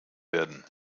werden